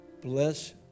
Bless